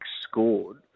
scored